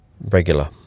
regular